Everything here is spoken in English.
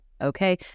okay